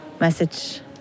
message